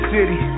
City